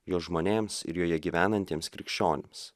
jos žmonėms ir joje gyvenantiems krikščionims